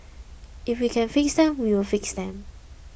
if we can fix them we will fix them